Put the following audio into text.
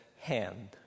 hand